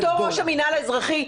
בתור ראש המינהל האזרחי,